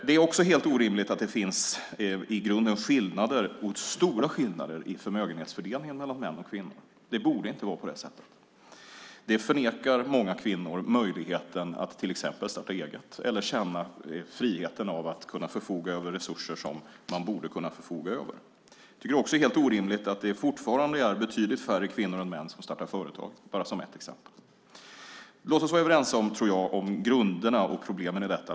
Det är också helt orimligt att det i grunden finns stora skillnader i förmögenhetsfördelningen mellan män och kvinnor. Det borde inte vara på det sättet. Många kvinnor förmenas på detta sätt möjligheten att till exempel starta eget eller känna friheten av att kunna förfoga över resurser som de borde kunna förfoga över. Det är också helt orimligt att det fortfarande är betydligt färre kvinnor än män som startar företag. Det är bara ett exempel. Låt oss vara överens om grunderna och problemen i fråga om detta.